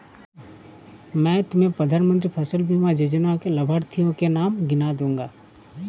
मैं तुम्हें प्रधानमंत्री फसल बीमा योजना के लाभार्थियों के नाम गिना दूँगा